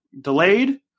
delayed